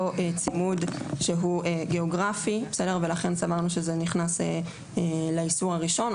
או צימוד שהוא גיאוגרפי ולכן סברנו שזה נכנס לאיסור הראשון,